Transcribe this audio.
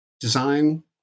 design